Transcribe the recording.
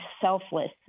selfless